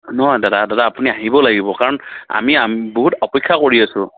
নহয় দাদা দাদা আপুনি আহিব লাগিব কাৰণ আমি আম বহুত অপেক্ষা কৰি আছো